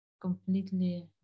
completely